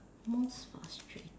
more frustrated